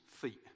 feet